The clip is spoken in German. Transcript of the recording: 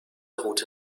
route